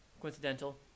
coincidental